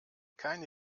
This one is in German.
keine